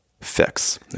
fix